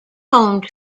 home